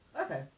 Okay